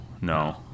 no